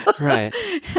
Right